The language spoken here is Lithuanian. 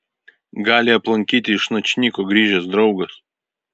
gali aplankyti iš načnyko grįžęs draugas